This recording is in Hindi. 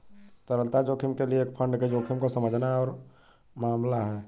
तरलता जोखिम के लिए एक फंड के जोखिम को समझना एक और मामला है